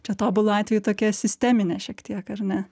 čia tobulu atveju tokia sisteminė šiek tiek ar ne